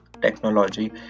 technology